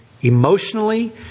emotionally